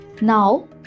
Now